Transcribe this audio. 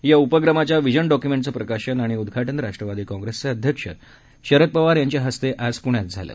या उपक्रमाच्या व्हिजन डॉक्य्मेंटचं प्रकाशन आणि उद्धाटन राष्ट्रवादी काँग्रेसचे अध्यक्ष शरद पवार यांच्या हस्ते आज प्ण्यात झालं